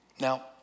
Now